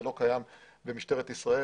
זה לא קיים במשטרת ישראל.